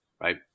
right